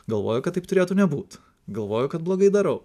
galvoju kad taip turėtų nebūt galvoju kad blogai darau